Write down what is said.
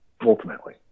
ultimately